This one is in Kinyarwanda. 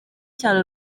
cyane